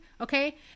okay